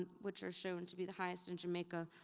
and which are shown to be the highest in jamaica